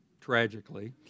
tragically